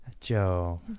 Joe